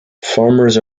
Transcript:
farmers